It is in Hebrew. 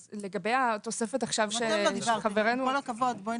אז לגבי התוספת עכשיו של חברנו --- גם אתם לא דיברתם,